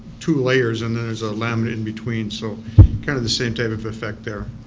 two layers and there's a laminate in between. so kind of the same type of effect there.